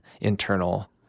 internal